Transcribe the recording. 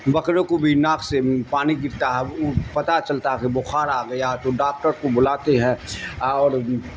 بکروں کو بھی ناک سے پانی گرتا ہے پتتا چلتا کہ بخار آ گیا تو ڈاکٹر کو بلاتے ہیں اور